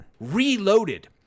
Reloaded